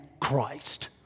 Christ